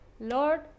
Lord